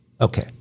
okay